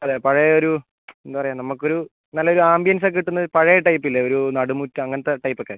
അതെ പഴയ ഒരു എന്താണ് പറയുക നമുക്ക് ഒരു നല്ലൊരു ആംബിയൻസ് ഒക്കെ കിട്ടുന്ന പഴയ ടൈപ്പ് ഇല്ലേ ഒരു നടുമുറ്റം അങ്ങനത്ത ടൈപ്പ് ഒക്കെ